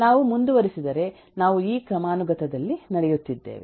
ನಾವು ಮುಂದುವರಿಸಿದರೆ ನಾವು ಈ ಕ್ರಮಾನುಗತದಲ್ಲಿ ನಡೆಯುತ್ತಿದೇವೆ